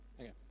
okay